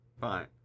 Fine